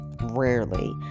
Rarely